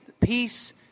peace